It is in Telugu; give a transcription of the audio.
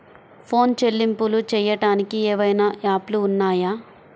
ఫోన్ చెల్లింపులు చెయ్యటానికి ఏవైనా యాప్లు ఉన్నాయా?